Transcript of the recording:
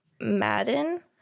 Madden